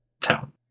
town